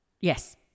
Yes